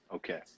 Okay